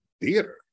theater